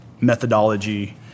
methodology